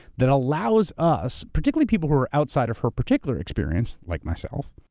that allows us, particularly people who are outside of her particular experience, like myself,